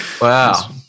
wow